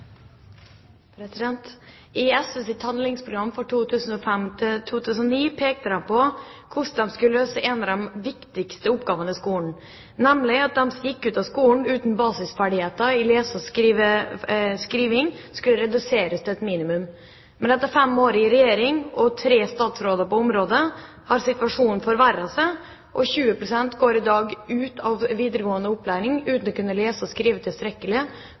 I SVs handlingsprogram for skolen for 2005–2009 pekte de på hvordan de skulle løse en av de viktigste oppgavene i skolen – nemlig at de som gikk ut av skolen uten basisferdigheter i lesing og skriving, skulle reduseres til et minimum. Men etter fem år i regjering og tre statsråder på området har situasjonen forverret seg. 20 pst. går i dag ut fra videregående opplæring uten å kunne lese og skrive tilstrekkelig